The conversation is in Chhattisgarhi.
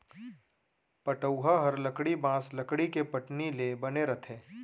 पटउहॉं हर लकड़ी, बॉंस, लकड़ी के पटनी ले बने रथे